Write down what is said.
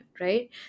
right